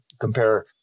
compare